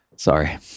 Sorry